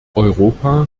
europa